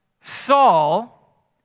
Saul